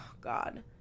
God